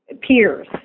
peers